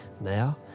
Now